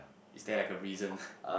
is there like a reason